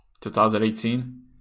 2018